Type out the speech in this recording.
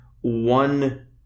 one